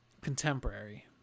contemporary